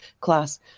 class